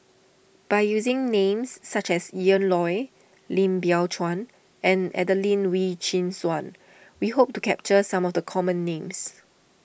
by using names such as Ian Loy Lim Biow Chuan and Adelene Wee Chin Suan we hope to capture some of the common names